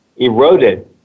Eroded